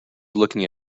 looking